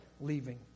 leaving